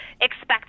expect